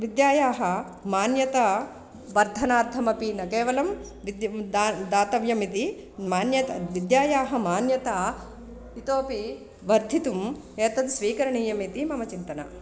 विद्यायाः मान्यता वर्धनार्थमपि न केवलं विद् दा दातव्यमिति मान्यता विद्यायाः मान्यता इतोऽपि वर्धितुम् एतत् स्वीकरणीयम् इति मम चिन्तनम्